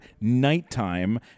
NIGHTTIME